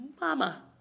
Mama